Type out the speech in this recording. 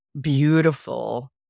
beautiful